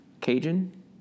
Cajun